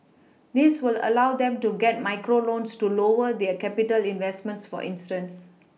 this will allow them to get micro loans to lower their capital investments for instance